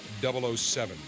007